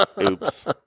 oops